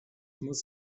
muss